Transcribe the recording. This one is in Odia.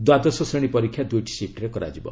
ଦ୍ୱାଦଶ ଶ୍ରେଣୀ ପରୀକ୍ଷା ଦୁଇଟି ଶିଫ୍ଟରେ କରାଯିବ